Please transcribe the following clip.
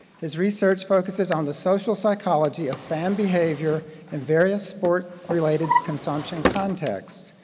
his research focuses on the social psychology of fan behavior in various sport related consumption context.